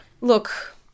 Look